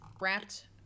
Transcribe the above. wrapped